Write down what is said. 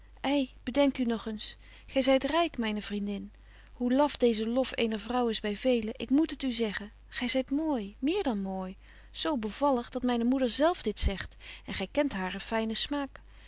ei bedenk u nog eens gy zyt ryk myne vriendin hoe laf deeze lof eener vrouw is by veelen ik moet het u zeggen gy zyt mooi meer dan mooi zo bevallig dat myne moeder zelf dit zegt en gy kent haren fynen smaak